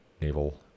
naval